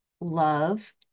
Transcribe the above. love